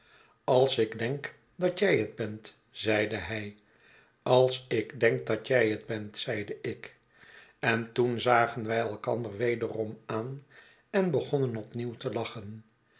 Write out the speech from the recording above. ais ik denk dat jij bet bent zeide hij ais ik denk dat jij het bent zeide ik en toen zagen wij elkander wederom aan en begonnen opnieuw te lachen